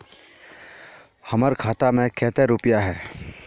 हमर खाता में केते रुपया है?